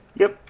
yep,